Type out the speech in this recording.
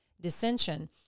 dissension